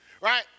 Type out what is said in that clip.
Right